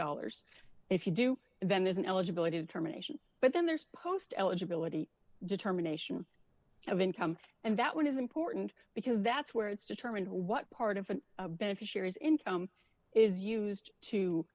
dollars if you do then there's an eligibility determination but then there's post eligibility determination of income and that one is important because that's where it's determined what part of beneficiaries income is used to